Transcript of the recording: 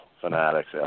fanatics